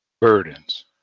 burdens